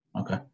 Okay